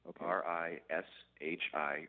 R-I-S-H-I